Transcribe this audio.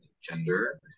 gender